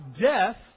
death